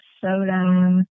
soda